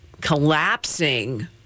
collapsing